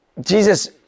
Jesus